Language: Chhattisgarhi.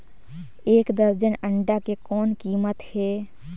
एक दर्जन अंडा के कौन कीमत हे?